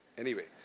anyway.